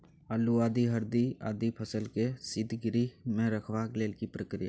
आलू, आदि, हरदी आदि फसल के शीतगृह मे रखबाक लेल की प्रक्रिया अछि?